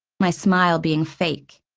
my smile being fake.